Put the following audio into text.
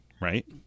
right